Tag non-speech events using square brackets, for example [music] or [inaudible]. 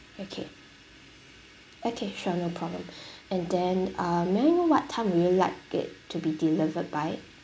okay okay sure no problem [breath] and then uh may I know what time would you like it to be delivered by